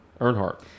Earnhardt